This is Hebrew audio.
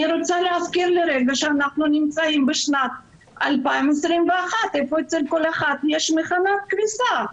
אני רוצה לעדכן שאנחנו נמצאים בשנת 2020 ולכל אחד יש מכונת כביסה.